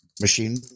machine